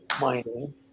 mining